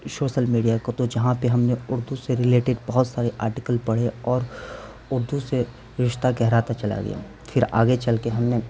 social media کو تو جہاں پہ ہم نے اردو سے ریلیٹڈ بہت سارے آرٹیکل پڑھے اور اردو سے رشتہ گہراتا چلا گیا پھر آگے چل کے ہم نے